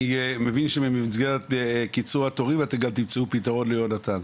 אני מבין שבמסגרת קיצור התורים אתם גם תמצאו פתרון ליונתן.